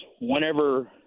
Whenever